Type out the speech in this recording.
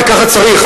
וככה צריך.